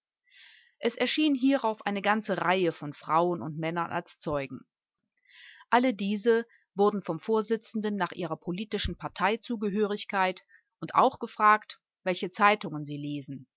es erschien hierauf eine ganze reihe von frauen und männern als zeugen alle diese wurden vom vorsitzenden nach ihrer politischen parteizugehörigkeit und auch gefragt welche zeitungen sie lesen